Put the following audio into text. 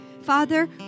Father